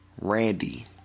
Randy